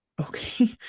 okay